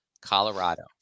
Colorado